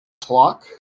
clock